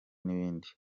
n’ibindi